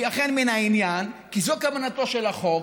היא אכן ממין העניין כי זו כוונתו של החוק,